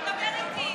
הוא מדבר איתי,